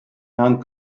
herrn